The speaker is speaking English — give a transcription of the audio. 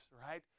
right